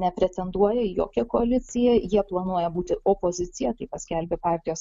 nepretenduoja į jokią koaliciją jie planuoja būti opozicija tai paskelbė partijos